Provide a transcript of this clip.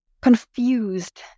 confused